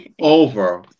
over